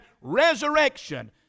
resurrection